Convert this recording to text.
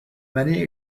many